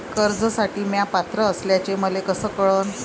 कर्जसाठी म्या पात्र असल्याचे मले कस कळन?